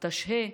תשהה